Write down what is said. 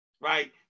right